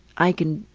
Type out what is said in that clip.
i can,